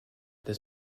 this